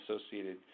associated